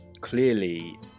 clearly